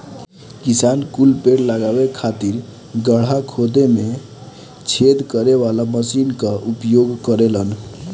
किसान कुल पेड़ लगावे खातिर गड़हा खोदे में छेद करे वाला मशीन कअ उपयोग करेलन